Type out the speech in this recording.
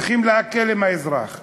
צריכים להקל עם האזרח.